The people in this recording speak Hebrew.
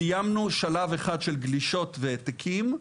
סיימנו שלב אחד של גלישות והעתקים.